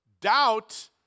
Doubt